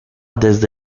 desde